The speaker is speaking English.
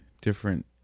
different